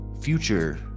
future